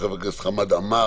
של חבר הכנסת חמד עמאר,